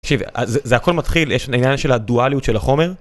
זה הכל מתחיל יש עניין של הדואליות של החומר.